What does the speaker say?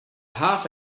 half